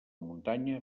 muntanya